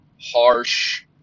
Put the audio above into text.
harsh